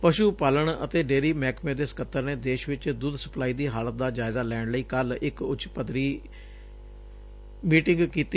ਪਸੁ ਪਾਲਣ ਅਤੇ ਡੇਅਰੀ ਮਹਿਕਮੇ ਦੇ ਸਕੱਤਰ ਨੇ ਦੇਸ਼ ਵਿਚ ਦੁੱਧ ਸਪਲਾਈ ਦੀ ਹਾਲਤ ਦਾ ਜਾਇਜ਼ਾ ਲੈਣ ਲਈ ਕੱਲ਼ ਇਕ ਉੱਚ ਪੱਧਰੀ ਮੀਟਿੰਗ ਕੀਤੀ